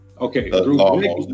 Okay